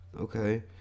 okay